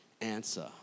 answer